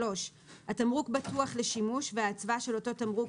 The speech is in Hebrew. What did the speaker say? " (3)התמרוק בטוח לשימוש והאצווה של אותו תמרוק